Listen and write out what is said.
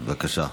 בבקשה.